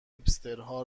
هیپسترها